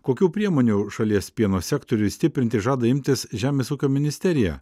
kokių priemonių šalies pieno sektoriui stiprinti žada imtis žemės ūkio ministerija